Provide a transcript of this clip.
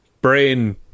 brain